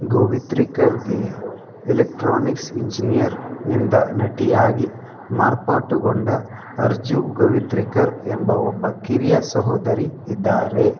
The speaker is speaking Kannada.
ಗೊವಿತ್ರಿಕರ್ಗೆ ಎಲೆಕ್ಟ್ರಾನಿಕ್ಸ್ ಇಂಜಿನಿಯರ್ನಿಂದ ನಟಿಯಾಗಿ ಮಾರ್ಪಾಡುಗೊಂಡ ಅರ್ಜು ಗೊವಿತ್ರಿಕರ್ ಎಂಬ ಒಬ್ಬ ಕಿರಿಯ ಸಹೋದರಿ ಇದ್ದಾರೆ